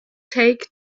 take